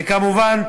וכמובן,